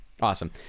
Awesome